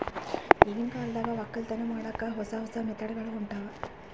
ಈಗಿನ್ ಕಾಲದಾಗ್ ವಕ್ಕಲತನ್ ಮಾಡಕ್ಕ್ ಹೊಸ ಹೊಸ ಮೆಥಡ್ ಗೊಳ್ ಹೊಂಟವ್